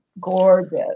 gorgeous